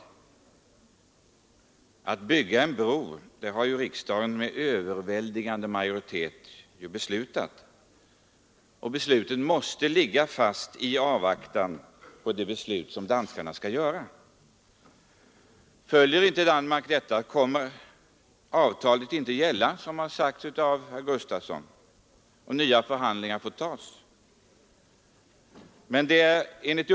Att det skall byggas en bro har riksdagen med överväldigande majoritet beslutat, och det beslutet måste ligga fast i avvaktan på det beslut som danskarna skall fatta. Fattar inte danskarna ett motsvarande beslut kommer, såsom herr Sven Gustafson i Göteborg har sagt, avtalet inte att gälla, och då får man ta upp nya förhandlingar.